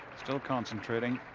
still concentrating